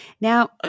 Now